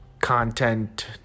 content